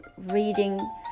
reading